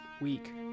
week